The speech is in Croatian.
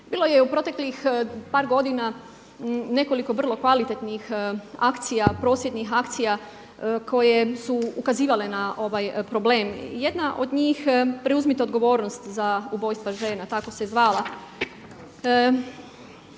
Bilo je u proteklih par godina nekoliko vrlo kvalitetnih akcija, prosvjednih akcija koje su ukazivale na ovaj problem. Jedna od njih preuzmite odgovornost za ubojstava žena tako se zvala.